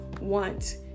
want